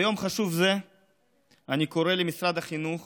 ביום חשוב זה אני קורא למשרד החינוך